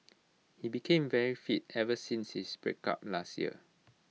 he became very fit ever since his breakup last year